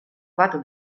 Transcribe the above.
koarte